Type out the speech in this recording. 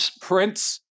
Prince